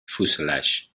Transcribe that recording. fuselage